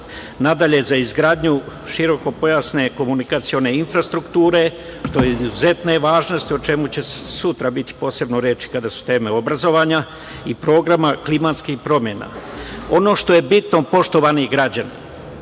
Dalje, za izgradnju širokopojasne komunikacione infrastrukture, što je od izuzetne važnosti o čemu će sutra biti posebno reči, kada su teme obrazovanja i programa klimatskih promena. Ono što je bitno poštovani građani,